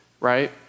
right